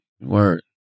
Word